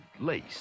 lace